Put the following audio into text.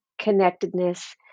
connectedness